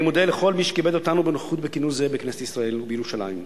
אני מודה לכל מי שכיבד אותנו בנוכחות בכינוס זה בכנסת ישראל בירושלים.